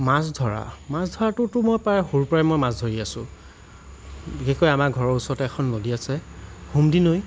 মাছ ধৰা মাছ ধৰাটোতো মই প্ৰায় সৰুৰ পৰাই মাছ ধৰি আছো বিশেষকৈ আমাৰ ঘৰৰ ওচৰতে এখন নদী আছে সোমদিৰি নৈ